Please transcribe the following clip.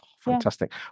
Fantastic